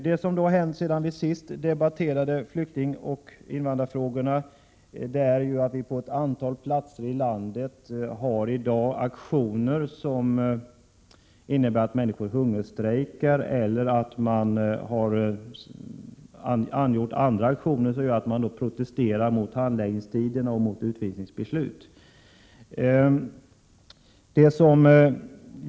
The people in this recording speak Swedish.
Det som hänt sedan vi senast debatterade flyktingoch invandrarfrågorna är de aktioner som förekommer på ett antal platser i landet. Människor hungerstrejkar eller protesterar på andra sätt mot handläggningstiderna och mot utvisningsbeslut.